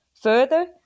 further